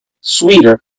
sweeter